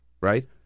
Right